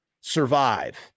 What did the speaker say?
survive